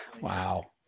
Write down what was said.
Wow